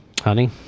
Honey